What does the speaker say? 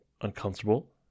uncomfortable